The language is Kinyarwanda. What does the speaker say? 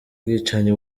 bwicanyi